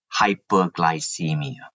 hyperglycemia